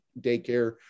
daycare